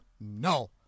No